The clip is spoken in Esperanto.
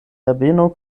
herbeno